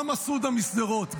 גם מסעודה משדרות,